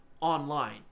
online